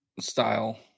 style